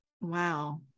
Wow